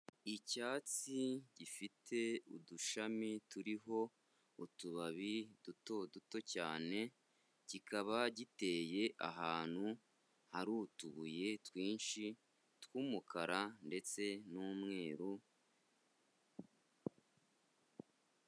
Icyatsi gifite udushami turiho utubabi duto duto cyane, kikaba giteye ahantu hari utubuye twinshi tw'umukara ndetse n'umweru.